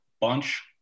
bunch